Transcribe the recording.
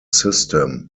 system